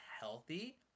healthy